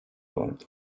vardı